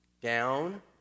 down